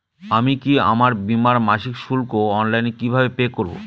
আমি কি আমার বীমার মাসিক শুল্ক অনলাইনে কিভাবে পে করব?